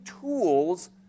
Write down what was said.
tools